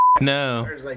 no